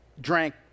drank